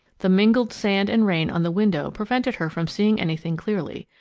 the mingled sand and rain on the window prevented her from seeing anything clearly,